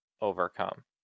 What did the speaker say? overcome